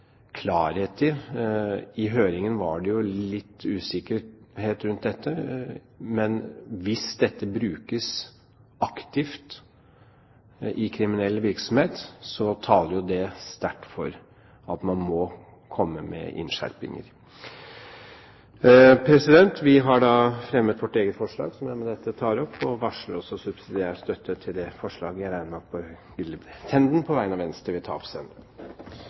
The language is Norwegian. dette brukes aktivt i kriminell virksomhet, taler det sterkt for at man må komme med innskjerpinger. Vi har da fremmet vårt eget forslag, som jeg med dette tar opp. Vi varsler også subsidiær støtte til det forslaget som jeg regner med at representanten Tenden vil ta opp på vegne av Venstre. Representanten Hans Olav Syversen har tatt opp